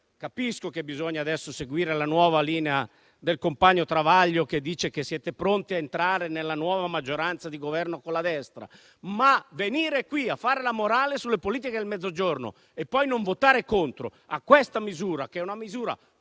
Capisco che adesso bisogna seguire la nuova linea del compagno Travaglio, che dice che siete pronti a entrare nella nuova maggioranza di Governo con la destra. Tuttavia, venire qui a fare la morale sulle politiche del Mezzogiorno e poi non votare contro questa misura - è contro